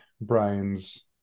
Brian's